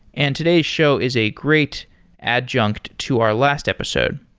and today's show is a great adjunct to our last episode.